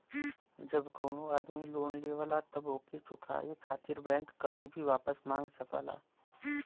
जब कउनो आदमी लोन लेवला तब ओके चुकाये खातिर बैंक कभी भी वापस मांग सकला